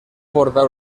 portar